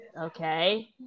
okay